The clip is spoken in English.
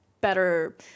better